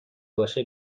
باشه